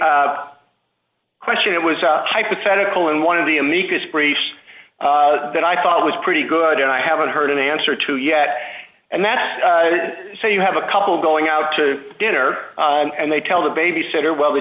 a question it was a hypothetical in one of the amicus briefs that i thought was pretty good and i haven't heard an answer to yet and that say you have a couple going out to dinner and they tell the babysitter well the